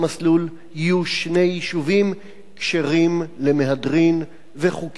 יהיו שני יישובים כשרים למהדרין וחוקיים.